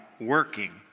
working